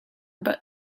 but